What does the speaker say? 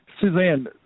Suzanne